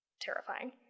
Terrifying